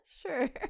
sure